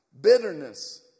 bitterness